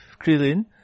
Krillin